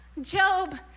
Job